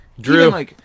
Drew